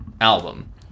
album